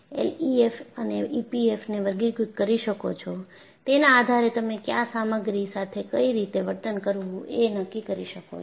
LEFM અને ઈપીએફએમ ને વર્ગીકૃત કરી શકો છો તેના આધારે તમે ક્યા સામગ્રી સાથે કઈ રીતે વર્તન કરવું એ નક્કી કરી શકો છો